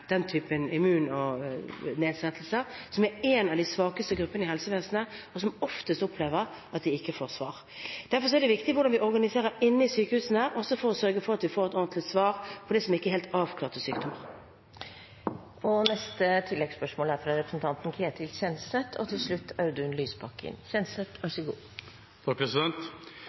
den typen immunnedsettelser – som er representert ved en av de svakeste gruppene i helsevesenet, men som oftest opplever ikke å få svar. Derfor er det viktig hvordan vi organiserer inne i sykehusene, også for å sørge for at vi får et ordentlig svar på det som ikke er helt avklarte sykdommer. Ketil Kjenseth – til oppfølgingsspørsmål. Fra 2002, da staten overtok sykehusene, og fram til